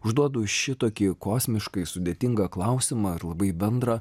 užduodu šitokį kosmiškai sudėtingą klausimą ar labai bendrą